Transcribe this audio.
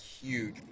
huge